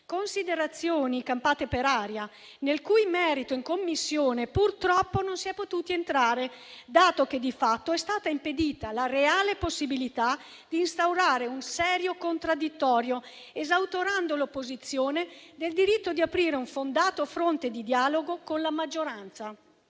Considerazioni campate per aria, nel cui merito in Commissione purtroppo non si è potuti entrare, dato che di fatto è stata impedita la reale possibilità di instaurare un serio contraddittorio, esautorando l'opposizione del diritto di aprire un fondato fronte di dialogo con la maggioranza.